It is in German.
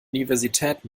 universität